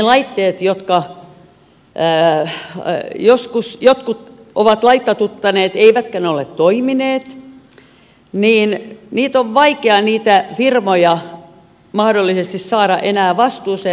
niistä laitteista jotka joskus jotkut ovat laitatuttaneet ja jotka eivät ole toimineet niitä firmoja on vaikea mahdollisesti saada enää vastuuseen